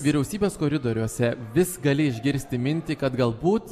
vyriausybės koridoriuose vis gali išgirsti mintį kad galbūt